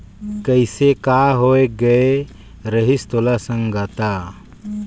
कइसे का होए गये रहिस तोला संगता